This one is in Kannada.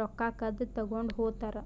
ರೊಕ್ಕ ಕದ್ದ್ ತಗೊಂಡ್ ಹೋತರ್